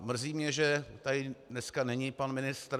Mrzí mě, že tady dneska není pan ministr.